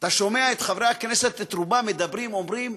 אתה שומע את חברי הכנסת, את רובם, מדברים, אומרים: